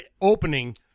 opening